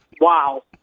Wow